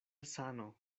sano